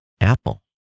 Apple